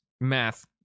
math